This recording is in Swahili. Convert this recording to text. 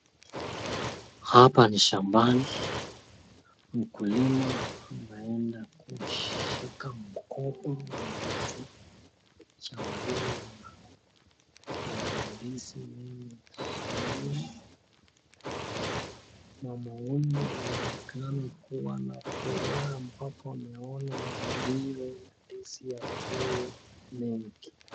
Hapa ni shambani mkulima ameenda kushika mgomba wa ndizi. Shamba hili lina mandizi mengi sana, mama huyu anaonekana kuwa na furaha mpaka ameona amezaliwa ndizi akiwa mengi.